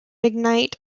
ignite